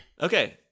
okay